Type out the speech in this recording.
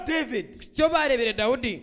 David